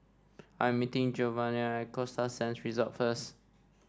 I'm meeting Jovanny at Costa Sands Resort first